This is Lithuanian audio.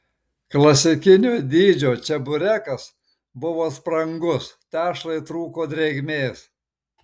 klasikinio dydžio čeburekas buvo sprangus tešlai trūko drėgmės